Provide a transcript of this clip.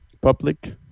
public